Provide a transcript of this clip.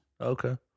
Okay